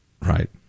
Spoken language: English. Right